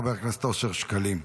חבר הכנסת אושר שקלים.